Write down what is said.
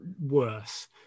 worse